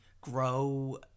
grow